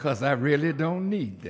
because i really don't need